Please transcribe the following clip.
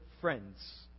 friends